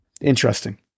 interesting